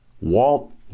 Walt